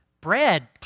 bread